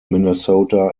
minnesota